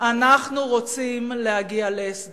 ואנחנו עושים את תפקידנו על מנת להגן על מדינת ישראל כולה.